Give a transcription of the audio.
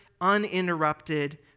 uninterrupted